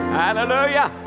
hallelujah